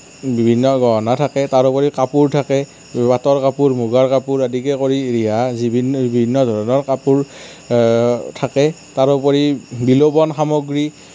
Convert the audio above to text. বিভিন্ন গহণা থাকে তাৰ উপৰিও কাপোৰ থাকে পাটৰ কাপোৰ মুগাৰ কাপোৰ আদিকে কৰি ৰিহা বিভিন্ন ধৰণৰ কাপোৰ থাকে তাৰোপৰি বিলোবন সামগ্ৰী